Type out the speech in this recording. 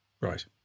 right